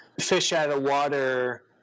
fish-out-of-water